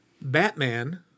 Batman